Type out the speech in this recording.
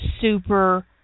super